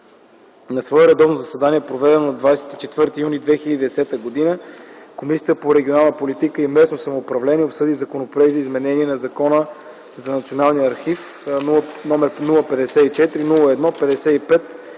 На свое редовно заседание, проведено на 24 юни 2010 г., Комисията по регионална политика и местно самоуправление обсъди Законопроект за изменение на Закона за Националния архивен